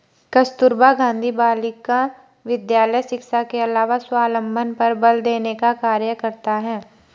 कस्तूरबा गाँधी बालिका विद्यालय शिक्षा के अलावा स्वावलम्बन पर बल देने का कार्य करता है